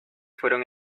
fueron